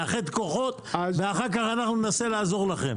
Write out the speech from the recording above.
לאחד כוחות ואחר כך אנחנו ננסה לעזור לכם.